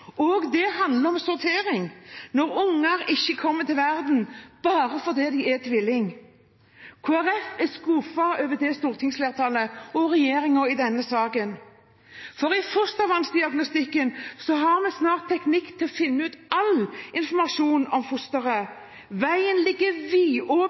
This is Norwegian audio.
Det handler om sortering når unger ikke kommer til verden bare fordi de er tvilling. Kristelig Folkeparti er skuffet over stortingsflertallet og regjeringen i denne saken. I fostervannsdiagnostikken har vi snart teknikk til å finne all informasjon om fosteret.